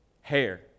hair